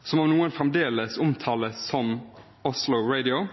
som av noen fremdeles omtales som «Oslo Radio»,